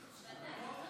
אלמוג,